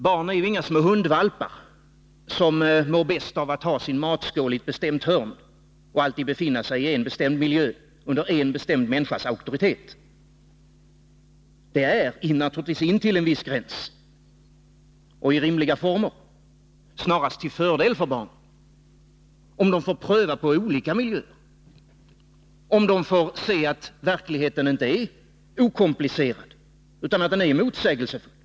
Barn är ju inga små hundvalpar, som mår bäst av att ha sin matskål i ett bestämt hörn och av att alltid befinna sig i någon viss miljö under en och samma människas auktoritet. Det är naturligtvis till en viss gräns och i rimliga former snarast till fördel för barnen, om de får pröva på olika miljöer och om de får se att verkligheten inte är okomplicerad utan är motsägelsefull.